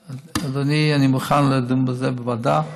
אדוני, אני מוכן לדון בזה בוועדה,